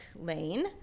lane